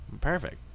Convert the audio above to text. perfect